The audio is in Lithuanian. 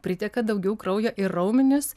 priteka daugiau kraujo į raumenis